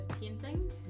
painting